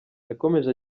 yakomeje